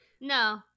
no